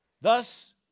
Thus